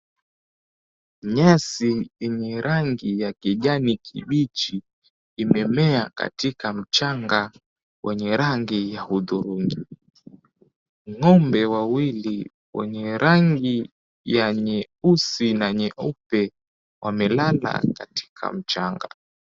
Nyasi yenye rangi ya kijani kibichi imemea katika mchanga wenye rangi ya hudhurungi. Ng'ombe wawili wenye rangi ya nyeusi na nyeupe wamelala katika mchanga.